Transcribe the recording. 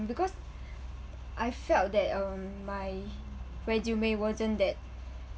because I felt that um my resume wasn't that